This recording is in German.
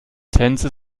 tänze